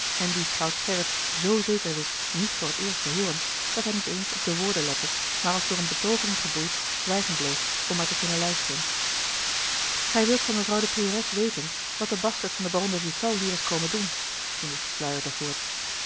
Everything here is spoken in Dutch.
en die schout gerrit zoo zeker wist niet voor het eerst te hooren dat hij niet eens op de woorden lette maar als door eene betoovering geboeid zwijgen bleef om maar te kunnen luisteren gij wilt van mevrouwe de priores weten wat de bastert van den baron de ghiselles hier is komen doen ging de